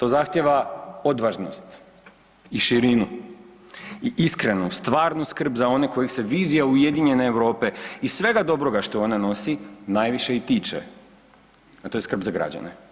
Za zahtijeva odvažnost i širinu i iskrenu, stvarnu skrb za one kojih se vizija ujedinjene Europe i svega dobroga što ona nosi, najviše i tiče, a to je skrb za građane.